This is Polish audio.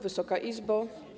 Wysoka Izbo!